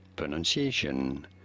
Pronunciation